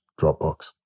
dropbox